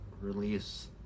release